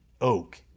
oak